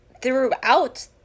throughout